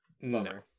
No